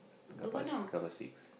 carpark is carpark C